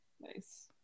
Nice